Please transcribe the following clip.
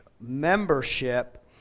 membership